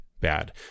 bad